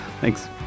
Thanks